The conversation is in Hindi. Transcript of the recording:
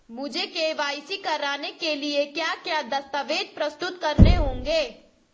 मुझे के.वाई.सी कराने के लिए क्या क्या दस्तावेज़ प्रस्तुत करने होंगे?